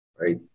right